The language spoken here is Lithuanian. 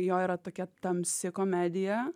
jo yra tokia tamsi komedija